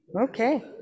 okay